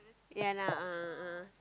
ya lah a'ah a'ah